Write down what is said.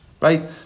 Right